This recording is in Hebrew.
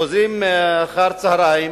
חוזרים אחר-הצהריים